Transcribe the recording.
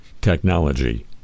technology